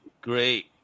great